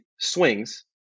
swings